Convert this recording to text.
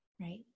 Right